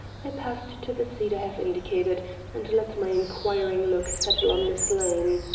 i passed to the seat i have indicated and let my inquiring look settle on miss lane.